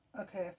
okay